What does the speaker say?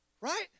Right